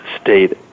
state